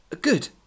Good